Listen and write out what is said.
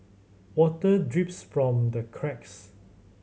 water drips from the cracks